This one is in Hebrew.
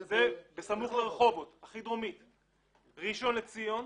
שזה בסמוך לרחובות, ראשון לציון,